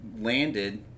landed